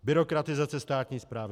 Byrokratizace státní správy.